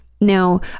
Now